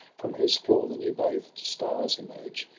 from whose floor the new-bathed stars emerge,